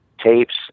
tapes